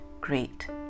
great